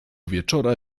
wieczora